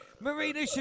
Marina